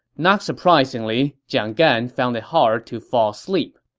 not surprisingly, jiang gan found it hard to fall asleep.